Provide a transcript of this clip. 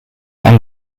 and